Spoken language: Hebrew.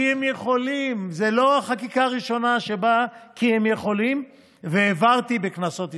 זאת לא חקיקה ראשונה שבה "כי הם יכולים" שהעברתי בכנסות ישראל.